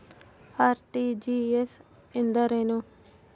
RTGS ಎಂದರೇನು?